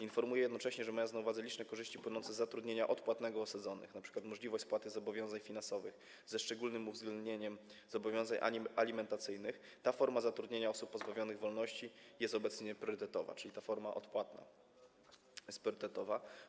Informuję jednocześnie, że mając na uwadze liczne korzyści płynące z zatrudnienia odpłatnego osadzonych, np. możliwość spłaty zobowiązań finansowych ze szczególnym uwzględnieniem zobowiązań alimentacyjnych, ta forma zatrudnienia osób pozbawionych wolności jest obecnie priorytetowa, czyli ta forma odpłatna jest priorytetowa.